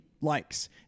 likes